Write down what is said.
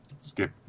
skip